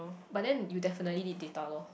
but then you definitely need data lor